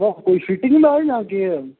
कोई फिटिंग नी आ दी जां केह् ऐ